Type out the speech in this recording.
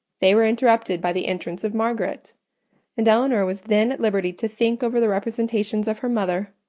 they were interrupted by the entrance of margaret and elinor was then at liberty to think over the representations of her mother,